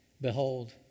Behold